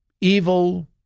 evil